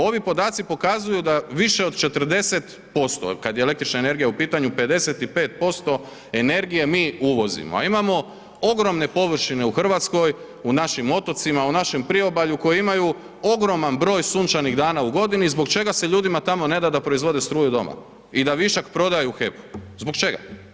Ovi podaci pokazuju da više od 40% kad je električna energija u pitanju, 55% energije mi uvozimo a imamo ogromne površine u Hrvatskoj, u našim otocima, u našem priobalju koji imaju ogroman broj sunčanih dana godini, zbog čega se ljudima tamo ne da da proizvode struju doma i da višak prodaju u HEP, zbog čega?